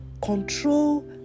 control